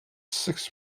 six